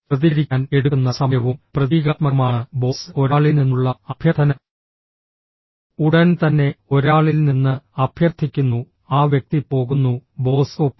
പ്രതികരിക്കാൻ എടുക്കുന്ന സമയവും പ്രതീകാത്മകമാണ് ബോസ് ഒരാളിൽ നിന്നുള്ള അഭ്യർത്ഥന ഉടൻ തന്നെ ഒരാളിൽ നിന്ന് അഭ്യർത്ഥിക്കുന്നു ആ വ്യക്തി പോകുന്നു ബോസ് ഒപ്പിടുന്നു